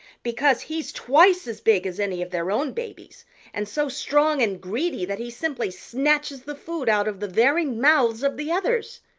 because he's twice as big as any of their own babies and so strong and greedy that he simply snatches the food out of the very mouths of the others.